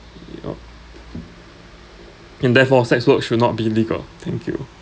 yup and therefore sex work should not be legal thank you